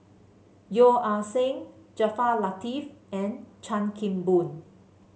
Yeo Ah Seng Jaafar Latiff and Chan Kim Boon